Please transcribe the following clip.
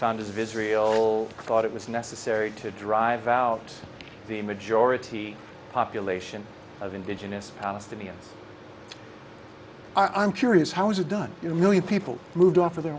founders of israel thought it was necessary to drive out the majority population of indigenous palestinians i'm curious how is it done in a million people move to offer the